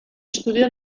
estudió